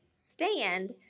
Stand